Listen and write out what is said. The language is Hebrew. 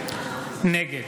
נגד